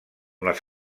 les